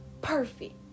perfect